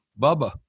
Bubba